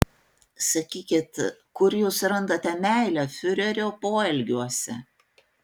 sakykit kur jūs randate meilę fiurerio poelgiuose